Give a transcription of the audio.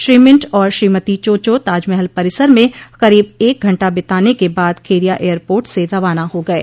Shri Mint और Shrimati Cho Cha Taj Mahal परिसर में करीब एक घंटा बिताने क बाद खेरिया एयरपोर्ट से रवाना हो गये